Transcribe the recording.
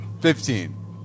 Fifteen